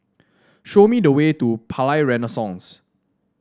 show me the way to Palais Renaissance